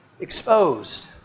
exposed